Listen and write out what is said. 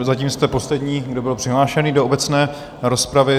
Zatím jste poslední, kdo byl přihlášený do obecné rozpravy.